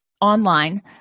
online